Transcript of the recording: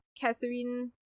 Catherine